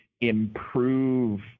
improve